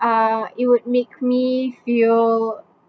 uh it would make me feel